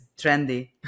trendy